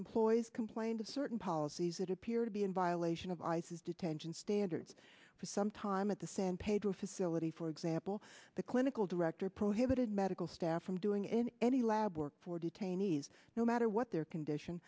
employs complained of certain policies that appear to be in violation of ice detention standards for some time at the san pedro facility for example the clinical director prohibited medical staff from doing in any lab work for detainees no matter what their condition